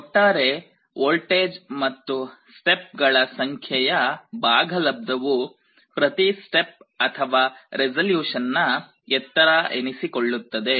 ಒಟ್ಟಾರೆ ವೋಲ್ಟೇಜ್ ಮತ್ತು ಸ್ಟೆಪ್ ಗಳ ಸಂಖ್ಯೆಯ ಭಾಗಲಬ್ಧವು ಪ್ರತಿ ಸ್ಟೆಪ್ ಅಥವಾ ರೆಸೊಲ್ಯೂಷನ್ನ ಎತ್ತರ ಎನಿಸಿಕೊಳ್ಳುತ್ತದೆ